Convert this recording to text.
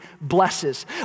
blesses